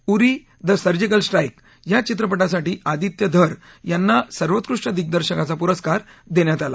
Uri the surgical strike या चित्रपटासाठी अदित्य धर यांना सर्वोत्कृष्ट दिग्दर्शकाचा पुरस्कार देण्यात आला